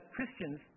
Christians